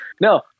no